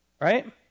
right